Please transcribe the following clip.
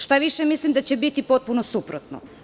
Štaviše, mislim da će biti potpuno suprotno.